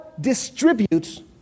distributes